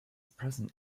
present